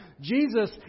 Jesus